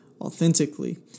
authentically